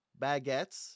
baguettes